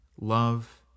love